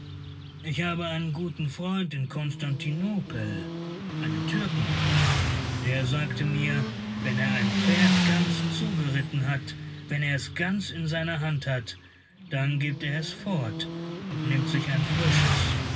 ich habe einen guten freund in konstantinopel einen türken der sagte mir wenn er ein pferd ganz zugeritten hat wenn er es ganz in seiner hand hat dann gibt er es fort und nimmt sich ein frisches